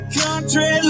country